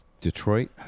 Detroit